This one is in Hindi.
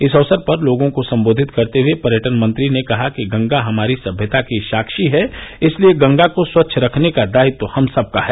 इस अवसर पर लोगों को संबोधित करते हुए पर्यटन मंत्री ने कहा कि गंगा हमारी सभ्यता की साक्षी है इसलिए गंगा को स्वच्छ रखने का दायित्व हम सकका है